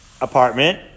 apartment